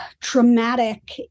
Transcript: traumatic